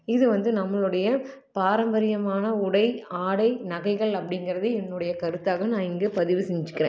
இது வந்து நம்பளுடைய பாரம்பரியமான உடை ஆடை நகைகள் அப்படிங்குறது என்னுடைய கருத்தாக நான் இங்கே பதிவு செஞ்சுக்கிறேன்